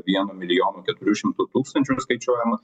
vieno milijono keturių šimtų tūkstančių apskaičiuojamas